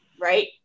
right